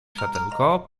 światełko